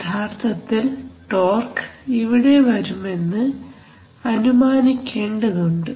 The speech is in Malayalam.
യഥാർത്ഥത്തിൽ ടോർഘ് ഇവിടെ വരുമെന്ന് അനുമാനിക്കേണ്ടത് ഉണ്ട്